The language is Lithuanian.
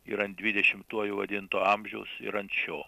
ir ant dvidešimtuoju vadinto amžiaus ir ant šio